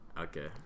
Okay